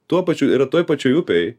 tuo pačiu yra toj pačioj upėj